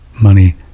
money